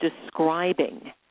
describing